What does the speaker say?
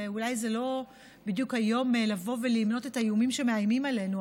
ואולי זה לא בדיוק היום לבוא ולמנות את האיומים שמאיימים עלינו,